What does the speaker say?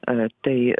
ar tai